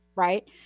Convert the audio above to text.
Right